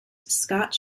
scott